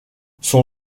son